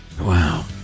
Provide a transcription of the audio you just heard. Wow